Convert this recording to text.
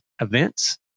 events